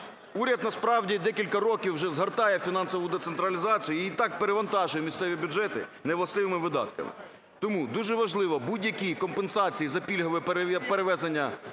Уряд насправді декілька років вже згортає фінансову децентралізацію і так перевантажує місцеві бюджети невластивими видатками. Тому дуже важливо будь-які компенсації за пільгове перевезення